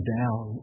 down